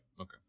Okay